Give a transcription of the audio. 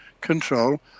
control